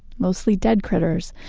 mostly dead critters,